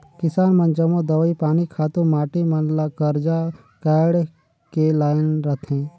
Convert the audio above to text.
किसान मन जम्मो दवई पानी, खातू माटी मन ल करजा काएढ़ के लाएन रहथें